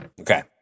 okay